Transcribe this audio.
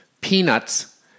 peanuts